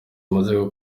amaze